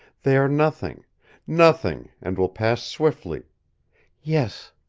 they are nothing nothing and will pass swiftly yes,